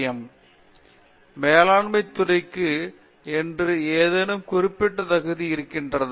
பேராசிரியர் பிரதாப் ஹரிதாஸ் மேலாண்மை துறைக்கு என்று ஏதேனும் குறிப்பிட்ட தகுதி இருக்கிறதா